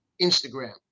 Instagram